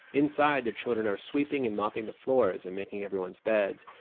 inside, their children are sweeping and mopping the floors and making everyone's beds.